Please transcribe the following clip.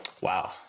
wow